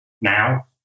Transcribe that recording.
Now